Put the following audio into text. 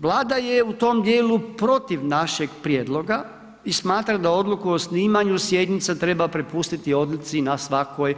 Vlada je u tom dijelu protiv našeg prijedloga i smatram da odluku o snimanju sjednica treba prepustiti odluci na svakoj